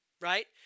right